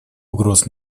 угроз